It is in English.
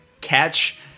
catch